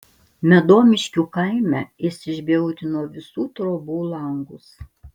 medomiškių kaime jis išbjaurino visų trobų langus